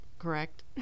correct